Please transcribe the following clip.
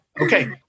Okay